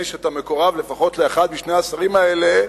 נדמה לי שאתה מקורב לפחות לאחד משני השרים האלה,